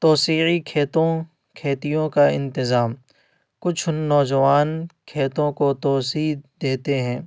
توسیعی کھیتوں کھیتیوں کا انتظام کچھ نوجوان کھیتوں کو توسیع دیتے ہیں